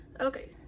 Okay